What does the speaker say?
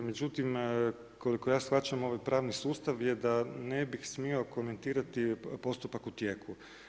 Međutim, koliko ja shvaćam ovaj pravni sustav je da ne bih smio komentirati postupak u tijeku.